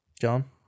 John